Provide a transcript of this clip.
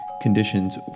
conditions